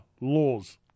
laws